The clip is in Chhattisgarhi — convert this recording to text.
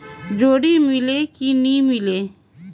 जोणी मीले कि नी मिले?